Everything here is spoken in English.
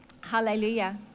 Hallelujah